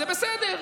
זה בסדר.